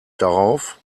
darauf